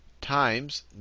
times